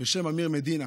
בשם אמיר מדינה.